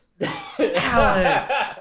Alex